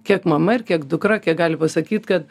kiek mama ir kiek dukra kiek gali pasakyt kad